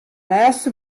lêste